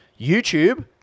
YouTube